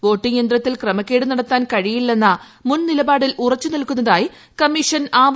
voting യന്ത്രത്തിൽ ക്രമക്കേട് നടത്താൻ കഴിയില്ലെന്ന മുൻ നിലപാടിൽ ഉറച്ചുനിൽക്കുന്നതായി കമ്മീഷൻ ആവർത്തിച്ച് വൃക്തമാക്കി